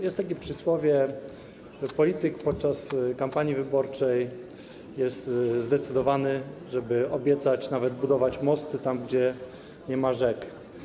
Jest takie przysłowie, że polityk podczas kampanii wyborczej jest zdecydowany, żeby obiecać nawet budować mosty tam, gdzie nie ma rzek.